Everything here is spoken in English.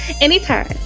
Anytime